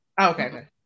okay